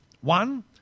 One